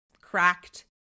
cracked